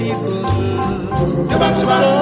people